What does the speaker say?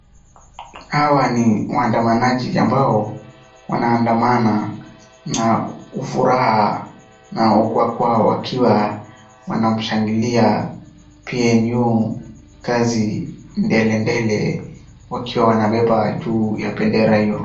Hawa ni waandamanaji ambao wanaandamana na furaha na wakiwa wanamshangilia PNU kazi ndelendele wakiwa wanabeba juu ya bendera hiyo.